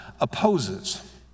opposes